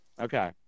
Okay